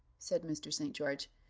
said mr. st. george.